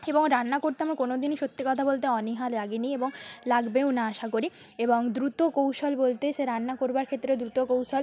এবং রান্না করতে আমার কোনো দিনই সত্যি কথা বলতে অনীহা লাগেনি এবং লাগবেও না আশা করি এবং দ্রুত কৌশল বলতে সে রান্না করার ক্ষেত্রে দ্রুত কৌশল